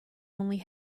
only